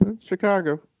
Chicago